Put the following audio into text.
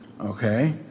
Okay